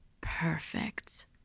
Perfect